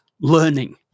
learning